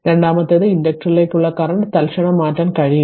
രണ്ടാമത്തേത് ഇൻഡക്റ്ററിലേക്കുള്ള കറന്റ് തൽക്ഷണം മാറ്റാൻ കഴിയില്ല